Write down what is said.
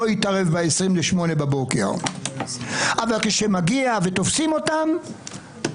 התערב ב-07:40 בבוקר אבל כשתופסים אותם,